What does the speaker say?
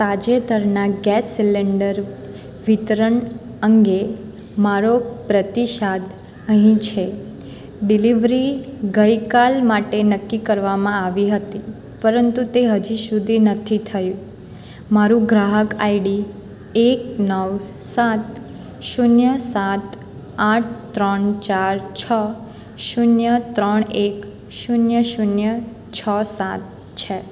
તાજેતરના gas cylinder વિતરણ અંગે મારો પ્રતિસાદ અહીં છે ડિલિવરી ગઇકાલ માટે નક્કી કરવામાં આવી હતી પરંતુ તે હજી સુધી નથી થયું મારું ગ્રાહક આઈડી એક નવ સાત શૂન્ય સાત આઠ ત્રણ ચાર છ શૂન્ય ત્રણ એક શૂન્ય શૂન્ય છ સાત છે